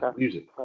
music